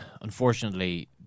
Unfortunately